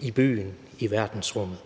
i byen, i verdensrummet.